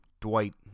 Dwight